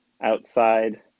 outside